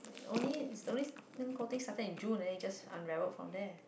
only normally thing coating started in June then you just unraveled from there